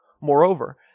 Moreover